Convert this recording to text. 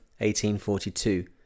1842